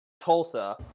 Tulsa